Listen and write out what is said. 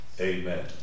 Amen